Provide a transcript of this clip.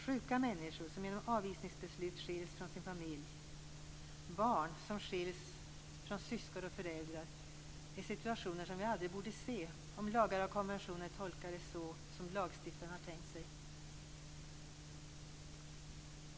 Sjuka människor som genom avvisningsbeslut skiljs från sin familj, barn som skiljs från sina syskon och föräldrar är situationer som vi aldrig borde se om lagar och konventioner tolkade så som lagstiftaren tänkt sig.